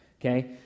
Okay